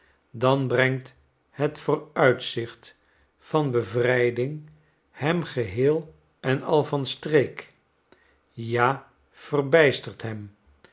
dan brengt het vooruitzicht van bevrijding hem geheel en al van streek ja verbijstert hem